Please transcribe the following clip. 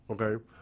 okay